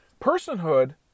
personhood